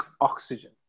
oxygen